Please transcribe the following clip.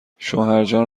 شوهرجان